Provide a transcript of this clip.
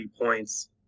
points